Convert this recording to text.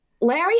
Larry